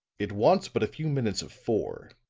it wants but a few minutes of four,